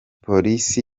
polisi